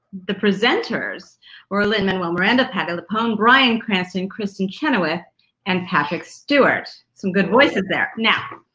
the presenters were lin-manuel miranda, patti lupone, bryan cranston, kristen chenoweth and patrick stewart. some good voices there. now,